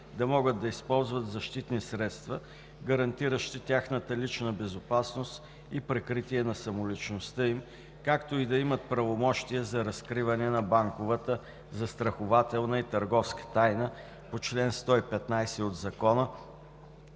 да могат да използват защитни средства, гарантиращи тяхната лична безопасност и прикритие на самоличността им, както и да имат правомощия за разкриване на банковата, застрахователната и търговската тайна по чл. 115 от Закона,